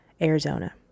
arizona